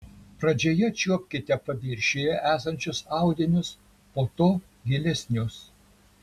pradžioje čiuopkite paviršiuje esančius audinius po to gilesnius